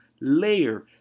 layer